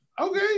Okay